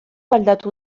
aldatu